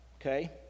Okay